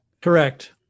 Correct